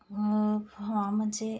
माबा मोनसे